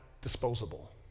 disposable